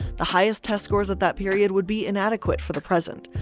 the highest test scores at that period would be inadequate for the present.